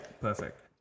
perfect